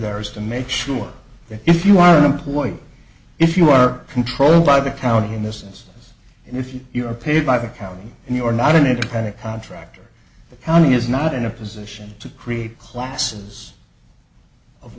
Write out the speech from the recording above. there is to make sure that if you are employed if you are controlled by the county in this instance and if you are paid by the county and you are not an independent contractor the county is not in a position to create classes of